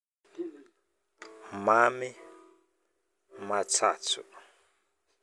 mamy, matsatso